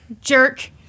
Jerk